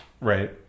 Right